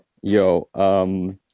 yo